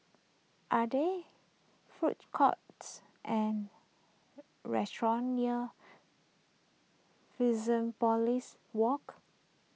are there food courts and restaurants near Fusionopolis Walk